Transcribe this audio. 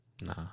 Nah